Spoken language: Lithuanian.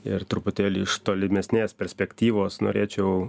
ir truputėlį iš tolimesnės perspektyvos norėčiau